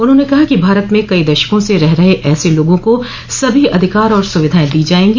उन्होंने कहा कि भारत में कई दशकों से रह रहे ऐसे लोगों को सभी अधिकार और सुविधाएं दी जायेंगी